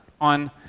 on